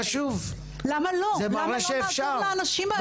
למה לא לעזור לאנשים האלה?